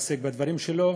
מתעסק בדברים שלו,